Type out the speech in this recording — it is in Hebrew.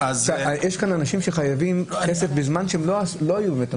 יש כאן אנשים שחייבים כסף בזמן שהם לא היו נוטריונים.